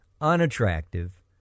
unattractive